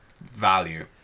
value